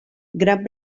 gran